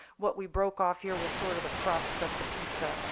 what we broke off here was sort of the crust of the pizza.